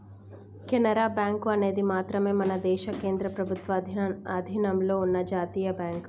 Canara bank అనేది మాత్రమే మన దేశ కేంద్ర ప్రభుత్వ అధీనంలో ఉన్న జాతీయ బ్యాంక్